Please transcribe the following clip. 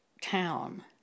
town